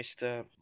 Mr